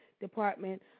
department